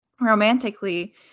romantically